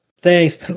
Thanks